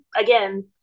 again